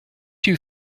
you